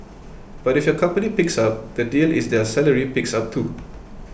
but if your company picks up the deal is their salary picks up too